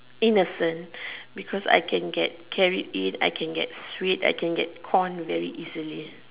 innocent because I can carried in I can get tricked I can get conned very easily